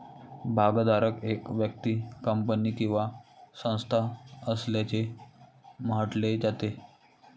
भागधारक एक व्यक्ती, कंपनी किंवा संस्था असल्याचे म्हटले जाते